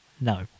No